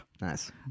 Nice